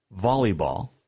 volleyball